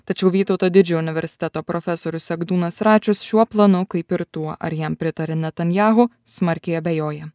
tačiau vytauto didžiojo universiteto profesorius egdūnas račius šiuo planu kaip ir tuo ar jam pritaria netanyahu smarkiai abejoja